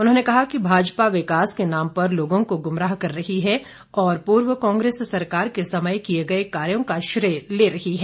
उन्होंने कहा कि भाजपा विकास के नाम पर लोगों को गुमराह कर रही है और पूर्व कांग्रेस सरकार के समय किए गए कार्यों का श्रेय ले रही है